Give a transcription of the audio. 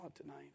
tonight